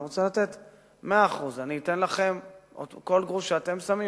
אני רוצה לתת 100%. אני אתן לכם: על כל גרוש שאתם שמים,